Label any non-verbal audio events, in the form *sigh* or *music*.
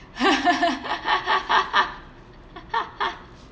*laughs*